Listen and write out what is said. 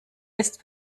ist